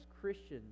Christians